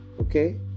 okay